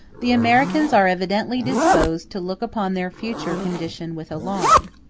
the americans are evidently disposed to look upon their future condition with alarm.